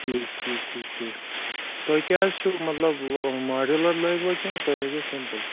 ٹھیٖک ٹھیٖک ٹھیٖک ٹھیٖک تۄہہِ کیٛاہ حظ چھُو مطلب ماڈیوٗلَر لٲگۍوا کِنۍ تُہۍ لٲگِو سِمپٕل